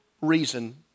reason